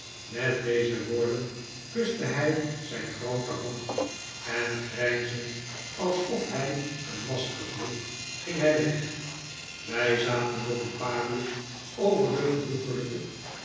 met deze woorden kuste hij zijn groote hand en grijnzend alsof hij een masker droeg ging hij weg wij zaten nog een paar uur over den